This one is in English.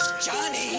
Johnny